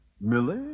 Millie